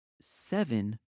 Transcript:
seven